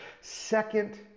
Second